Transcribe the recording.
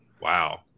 Wow